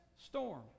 storm